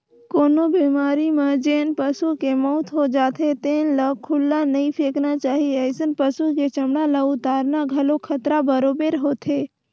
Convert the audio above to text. कोनो बेमारी म जेन पसू के मउत हो जाथे तेन ल खुल्ला नइ फेकना चाही, अइसन पसु के चमड़ा ल उतारना घलो खतरा बरोबेर होथे